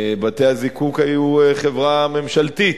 בתי-הזיקוק היו חברה ממשלתית.